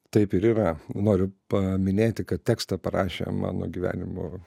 taip ir yra noriu paminėti kad tekstą parašė mano gyvenimo